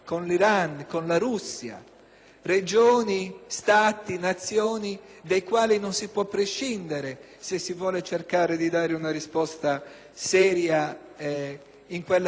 Regioni, Stati, Nazioni dai quali non si può prescindere se si vuole cercare di dare una risposta seria in quella regione così disastrata.